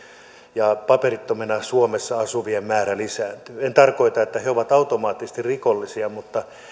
ja paperittomina suomessa asuvien määrä lisääntyy en tarkoita että he ovat automaattisesti rikollisia mutta